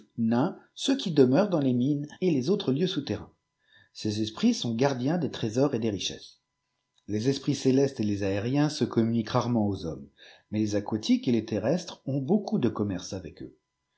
ceux qui demeurent dans les mines et clés autres lieux souterrains ces esprits sont gardiens des trésors et des richesses les esprits célestes et les aériens se communiquent rarement aux hommes mais les aquatiques et les terrestres ont beaucoup de commerce avec eux